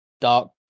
Dark